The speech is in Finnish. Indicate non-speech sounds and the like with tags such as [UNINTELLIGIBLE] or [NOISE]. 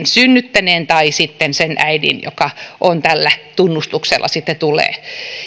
[UNINTELLIGIBLE] synnyttäneen tai sitten sen äidin josta tällä tunnustuksella sitten tulee